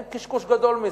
אין קשקוש גדול מזה,